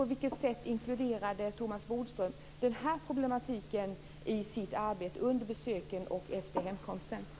På vilket sätt inkluderade Thomas Bodström den här problematiken i sitt arbete under besöket och efter hemkomsten?